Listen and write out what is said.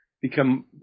become